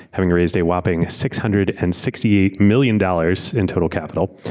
having raised a whopping six hundred and sixty eight million dollars in total capital,